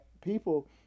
people